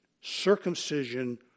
circumcision